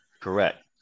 Correct